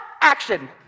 action